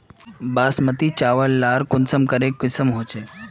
बासमती चावल लार कुंसम करे किसम होचए?